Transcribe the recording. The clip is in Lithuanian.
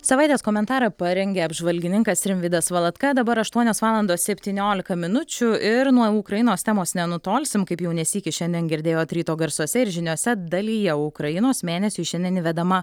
savaitės komentarą parengė apžvalgininkas rimvydas valatka dabar aštuonios valandos septyniolika minučių ir nuo ukrainos temos nenutolsim kaip jau ne sykį šiandien girdėjot ryto garsuose ir žiniose dalyje ukrainos mėnesiui šiandien įvedama